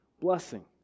blessing